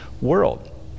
world